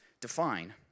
define